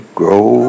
grow